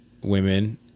women